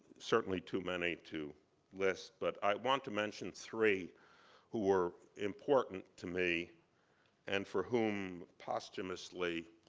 certainly too many to list, but i want to mention three who were important to me and for whom, posthumously,